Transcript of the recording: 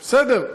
בסדר.